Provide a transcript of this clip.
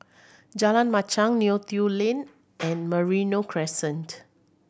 Jalan Machang Neo Tiew Lane and Merino Crescent